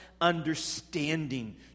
understanding